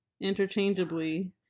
interchangeably